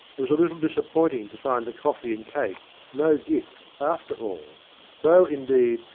it was a little disappointing to find the coffee and cake no gift after all though, indeed,